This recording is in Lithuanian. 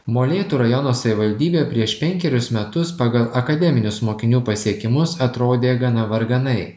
molėtų rajono savivaldybė prieš penkerius metus pagal akademinius mokinių pasiekimus atrodė gana varganai